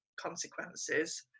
consequences